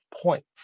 Points